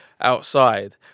outside